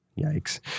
yikes